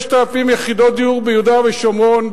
6,000 יחידות דיור ביהודה ושומרון,